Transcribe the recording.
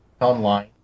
online